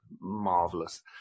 marvelous